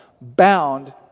bound